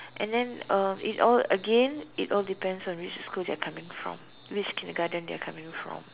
and then uh it all again it all depends on which schools they are coming from which kindergarten they are coming from